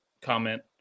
comment